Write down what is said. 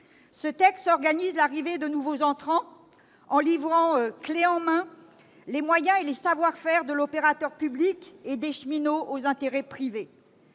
Ce texte organise l'arrivée de nouveaux entrants en livrant clef en main les moyens et les savoir-faire de l'opérateur public et des cheminots aux intérêts privés